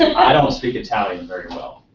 i don't speak italian very well.